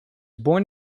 born